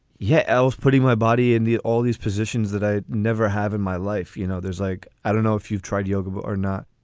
yeah. ls putting my body in all these positions that i never have in my life. you know, there's like i don't know if you've tried yoga but or not.